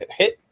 hit